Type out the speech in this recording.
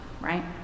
right